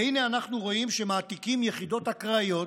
והינה אנחנו רואים שמעתיקים יחידות אקראיות,